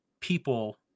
people